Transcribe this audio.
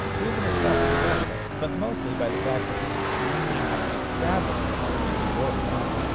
proven herself as a wrestler, but mostly by the fact that the extremely hectic travel schedule simply wore her down.